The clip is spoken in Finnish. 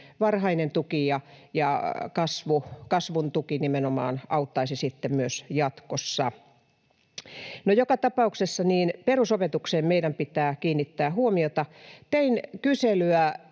varhainen tuki, ja kasvun tuki nimenomaan, auttaisi sitten myös jatkossa. No joka tapauksessa perusopetukseen meidän pitää kiinnittää huomiota. Tein kyselyä